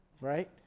right